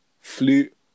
flute